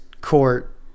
court